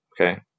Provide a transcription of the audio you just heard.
Okay